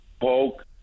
poke